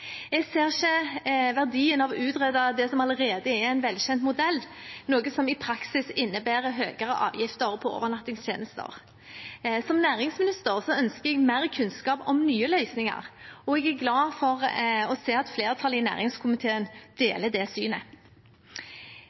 Jeg ser ikke verdien av å utrede det som allerede er en velkjent modell, noe som i praksis innebærer høyere avgifter på overnattingstjenester. Som næringsminister ønsker jeg mer kunnskap om nye løsninger, og jeg er glad for å se at flertallet i næringskomiteen deler det synet.